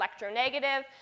electronegative